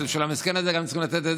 אז גם בשביל המסכן הזה צריכים לתת?